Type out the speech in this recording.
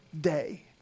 day